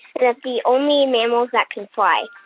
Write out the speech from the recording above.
they're the only mammals that can fly.